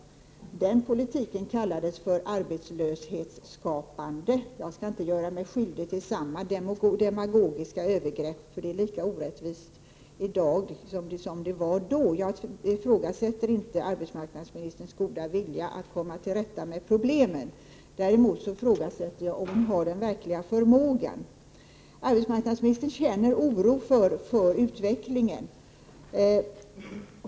Den politiken kallades för arbetslöshetsskapande. Jag skall inte göra mig skyldig till samma demagogiska övergrepp, för det är lika orättvist i dag som det var då. Jag ifrågasätter inte arbetsmarknadsministerns goda vilja att komma till rätta med problemen. Däremot ifrågasätter jag om hon har den verkliga förmågan. Arbetsmarknadsministern känner oro för utvecklingen, säger hon.